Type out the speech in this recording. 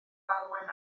falwen